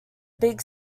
big